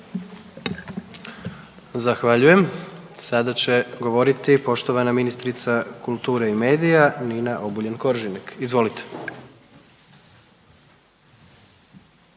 Zahvaljujem. Sada će govoriti poštovana ministrica kulture i medija, Nina Obuljen Koržinek, izvolite.